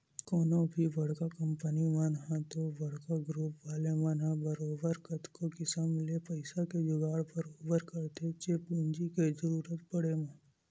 कोनो भी बड़का कंपनी मन ह ते बड़का गुरूप वाले मन ह बरोबर कतको किसम ले पइसा के जुगाड़ बरोबर करथेच्चे पूंजी के जरुरत पड़े म